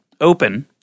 Open